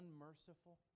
unmerciful